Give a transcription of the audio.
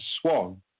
swan